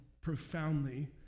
profoundly